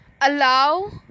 allow